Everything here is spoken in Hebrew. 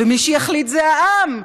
ומי שיחליט זה העם,